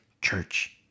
church